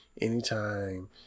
Anytime